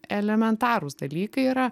elementarūs dalykai yra